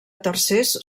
tercers